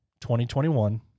2021